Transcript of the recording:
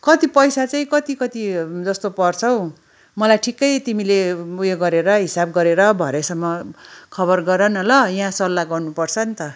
कति पैसा चाहिँ कति कति जस्तो पर्छ हौ मलाई ठिकै तिमीले उयो गरेर हिसाब गरेर भरेसम्म खबर गर न ल यहाँ सल्लाह गर्नुपर्छ नि त